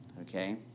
okay